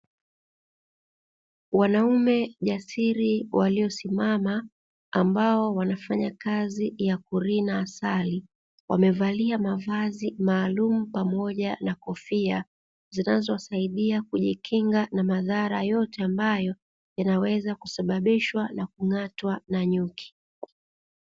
Wanaume jasiri waliosimama ambao wanafanya kazi ya kulina asali wamevalia mavazi maalum pamoja na kofia zinazosaidia kujikinga na madhara yote ambayo inaweza kusababisha na kung'atwa na nyuki.